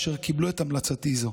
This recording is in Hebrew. אשר קיבלו את המלצתי זו.